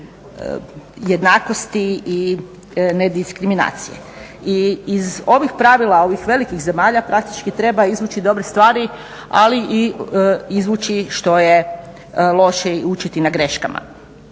jednakosti i nediskriminacije i iz ovih pravila ovih velikih zemalja praktički treba izvući dobrih stvari, ali i izvući što je loše i učiti na greškama.